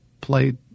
played